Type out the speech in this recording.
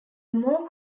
more